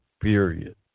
Period